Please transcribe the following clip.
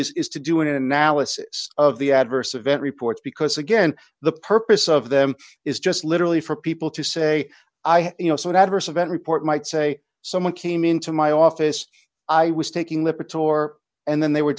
is is to do an analysis of the adverse event reports because again the purpose of them is just literally for people to say you know some adverse event report might say someone came into my office i was taking lipitor or and then they were